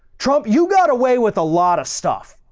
trump, you got away with a lot of stuff,